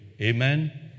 Amen